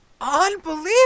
Unbelievable